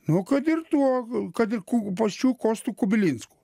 nu kad ir tuo kad ir ku pačiu kostu kubilinsku